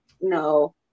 No